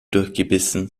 durchgebissen